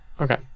okay